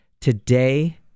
Today